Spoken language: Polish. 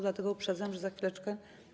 Dlatego uprzedzam, że za chwileczkę.